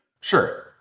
Sure